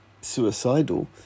suicidal